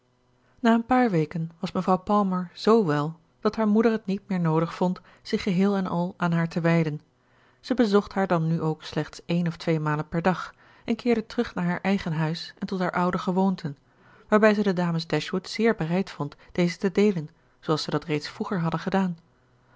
na een paar weken was mevrouw palmer z wel dat haar moeder het niet meer noodig vond zich geheel en al aan haar te wijden zij bezocht haar dan nu ook slechts eens of tweemalen per dag en keerde terug naar haar eigen huis en tot haar oude gewoonten waarbij zij de dames dashwood zeer bereid vond deze te deelen zooals zij dat reeds vroeger hadden gedaan